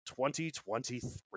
2023